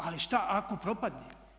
Ali šta ako propadne?